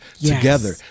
together